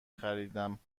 خریدم